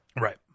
Right